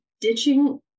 ditching